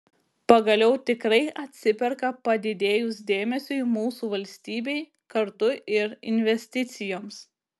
pagaliau tikrai atsiperka padidėjus dėmesiui mūsų valstybei kartu ir investicijoms